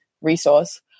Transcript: resource